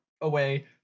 away